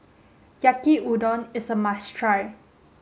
Yaki Udon is a must try